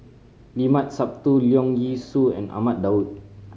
Limat Sabtu Leong Yee Soo and Ahmad Daud